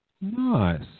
Nice